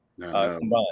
combined